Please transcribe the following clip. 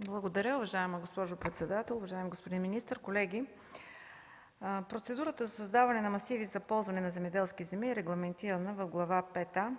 Благодаря, уважаема госпожо председател. Уважаеми господин министър, колеги! Процедурата за създаване на масиви за ползване на земеделски земи е регламентирана в Глава пета